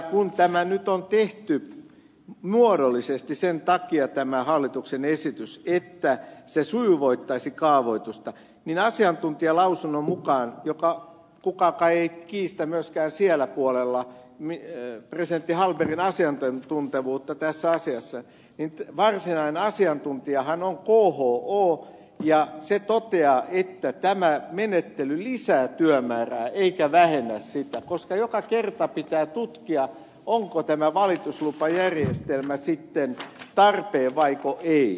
kun tämä nyt on tehty muodollisesti sen takia tämä hallituksen esitys että se sujuvoittaisi kaavoitusta niin asiantuntijalausunnon mukaan jota kukaan kai ei kiistä myöskään siellä puolella presidentti hallbergin asiantuntevuutta tässä asiassa varsinainen asiantuntijahan on kho ja se toteaa että tämä menettely lisää työmäärää eikä vähennä sitä koska joka kerta pitää tutkia onko tämä valituslupajärjestelmä tarpeen vaiko ei